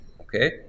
Okay